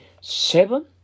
Seven